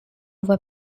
voit